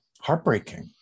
heartbreaking